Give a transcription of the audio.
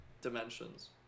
Dimensions